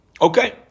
Okay